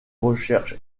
recherche